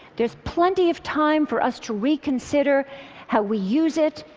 there's plenty of time for us to reconsider how we use it,